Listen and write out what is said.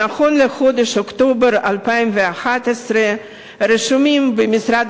נכון לחודש אוקטובר 2011 רשומים במשרד